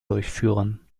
durchführen